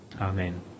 Amen